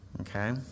Okay